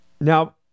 Now